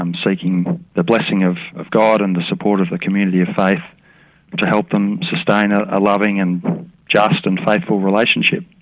um seeking the blessing of of god and the support of the community of faith to help them sustain a ah loving and just and faithful relationship.